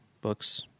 books